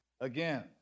Again